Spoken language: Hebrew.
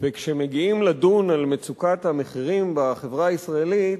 וכשמגיעים לדון על מצוקת המחירים בחברה הישראלית,